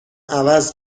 عوض